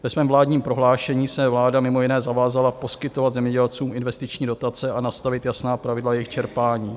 Ve svém vládním prohlášení se vláda mimo jiné zavázala poskytovat zemědělcům investiční dotace a nastavit jasná pravidla jejich čerpání.